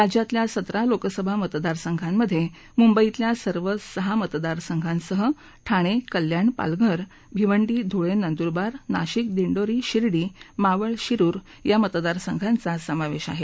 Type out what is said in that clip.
राज्यातल्या सतरा लोकसभा मतदार संघांमध्ये मुंबईतल्या सर्व मतदार संघांसह ठाणे कल्याण पालघर भिवंडी धुळे नंदुरबार नाशिक दिडोरी शिर्डी मावळ शिरूर या मतदार संघांचा समावेश आहे